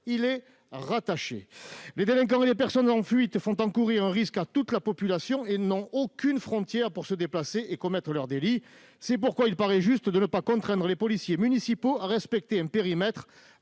il est rattaché. Les délinquants et les personnes en fuite font encourir un risque à toute la population et n'ont aucune frontière pour se déplacer et commettre leur délit. C'est pourquoi il paraît juste de ne pas contraindre les policiers municipaux de respecter un périmètre